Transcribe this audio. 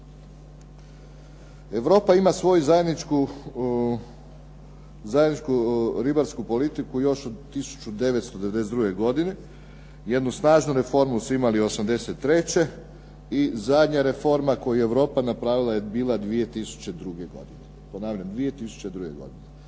Europa ima svoju zajedničku ribarsku politiku još od 1992. godine. Jednu snažnu reformu su imali '83. i zadnja reforma koju je Europa napravila je bila 2002. godine.